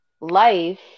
life